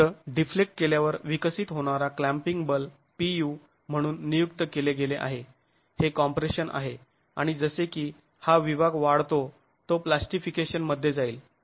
भिंत डिफ्लेक्ट केल्यावर विकसित होणारा क्लॅम्पींग बल Pu म्हणून नियुक्त केले गेले आहे हे कॉम्प्रेशन आहे आणि जसे की हा विभाग वाढतो तो प्लास्टिफिकेशन मध्ये जाईल